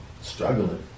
struggling